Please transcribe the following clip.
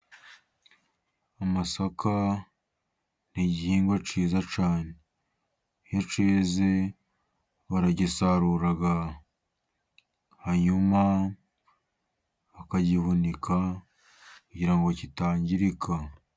Amasaka ni igihingwa cyiza cyane, iyo keze baragisarura, hanyuma bakagihunika kugira ngo kitangirika.